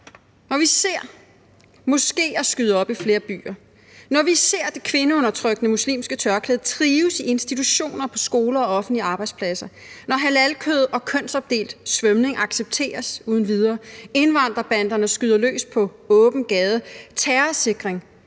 Vi ser moskeer skyde op i flere byer. Vi ser det kvindeundertrykkende muslimske tørklæde trives i institutioner og på skoler og offentlige arbejdspladser. Halalkød og kønsopdelt svømning accepteres uden videre. Indvandrerbanderne skyder løs på åben gade. Terrorsikring